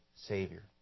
Savior